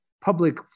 public